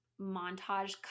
montage